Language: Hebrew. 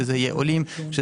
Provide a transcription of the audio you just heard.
עולים,